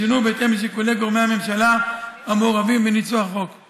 עוד ישונו בהתאם לשיקולי גורמי הממשלה המעורבים בניסוח הצעת החוק.